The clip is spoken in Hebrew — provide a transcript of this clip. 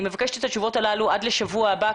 מבקשת לקבל את התשובות הללו עד שבוע הבא,